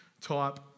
type